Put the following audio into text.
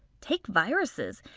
take viruses.